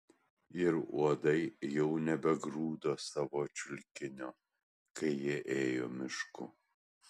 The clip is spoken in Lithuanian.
ir uodai jau nebegrūdo savo čiulkinio kai jie ėjo mišku